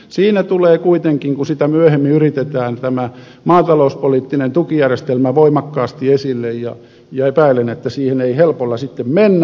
siinä tulee kuitenkin kun sitä myöhemmin yritetään tämä maatalouspoliittinen tukijärjestelmä voimakkaasti esille ja epäilen että siihen ei helpolla sitten mennä